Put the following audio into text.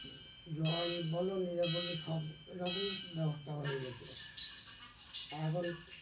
জল বলো নিজ বলি সব রকম ব্যবস্থা হয়ে গেছে এখন